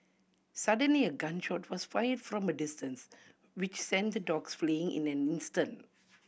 suddenly a gun shot was fired from a distance which sent the dogs fleeing in an instant